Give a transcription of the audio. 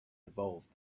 evolved